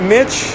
Mitch